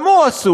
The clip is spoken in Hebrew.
גם הוא אסור.